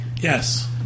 Yes